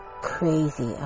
crazy